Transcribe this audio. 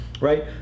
right